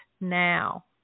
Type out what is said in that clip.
now